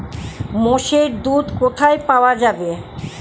মোষের দুধ কোথায় পাওয়া যাবে?